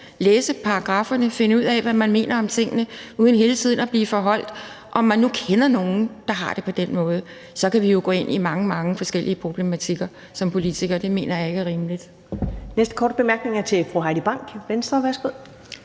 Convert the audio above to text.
læse paragrafferne, finde ud af, hvad man mener om tingene, uden hele tiden at blive foreholdt, om man nu kender nogen, der har det på den måde. For så kan vi jo som politikere gå ind i mange, mange forskellige problematikker, og det mener jeg ikke er rimeligt.